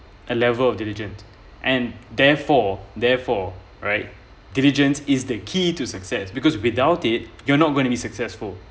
a level of diligence and therefore therefore right diligence is the key to success because without it you're not gonna be successful